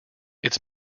its